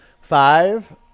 Five